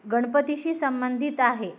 गणपतीशी संबंधित आहे